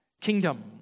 kingdom